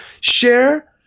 share